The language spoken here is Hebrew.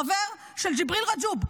חבר של ג'יבריל רג'וב,